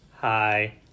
Hi